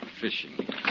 Fishing